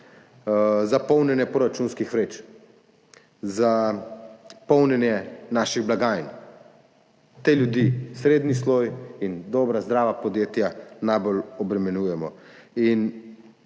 za polnjenje proračunskih vreč, za polnjenje naših blagajn. Te ljudi, srednji sloj in dobra, zdrava podjetja najbolj obremenjujemo.